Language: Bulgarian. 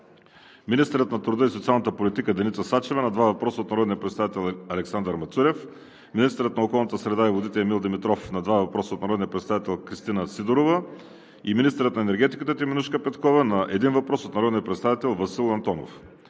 министърът на труда и социалната политика Деница Сачева на два въпроса от народния представител Александър Мацурев; - министърът на околната среда и водите Емил Димитров на два въпроса от народния представител Кристина Сидорова; - министърът на енергетиката Теменужка Петкова на един въпрос от народния представител Васил Антонов.